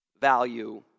value